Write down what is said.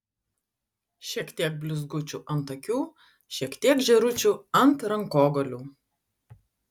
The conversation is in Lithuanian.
šiek tiek blizgučių ant akių šiek tiek žėručių ant rankogalių